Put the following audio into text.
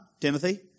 Timothy